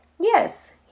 Yes